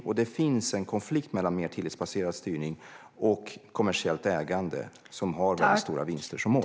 Och det finns en konflikt mellan mer tillitsbaserad styrning och kommersiellt ägande som har stora vinster som mål.